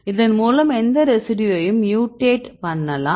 இதன் மூலம் எந்த ஒரு ரெசிடியூவையும் மியூடேட் பண்ணலாம்